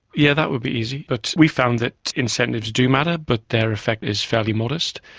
yeah that would be easy, but we found that incentives do matter but their effect is fairly modest,